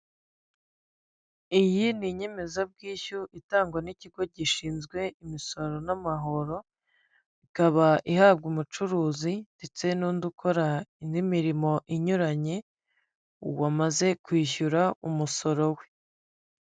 Iyi ni inyemezabwishyu itangwa n'ikigo gishinzwe imisoro n'amahoro, ikaba ihabwa umucuruzi ndetse n'undi ukora indi mirimo inyuranye, wamaze kwishyura umusoro we.